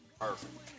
Perfect